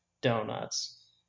donuts